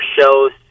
shows